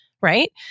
right